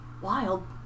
Wild